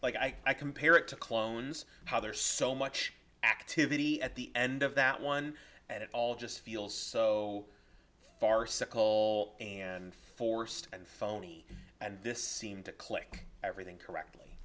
like i compare it to clones how there's so much activity at the end of that one and it all just feels so far circle and forced and phony and this seemed to click everything correctly